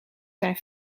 zijn